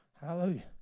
Hallelujah